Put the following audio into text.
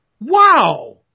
wow